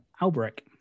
Albrecht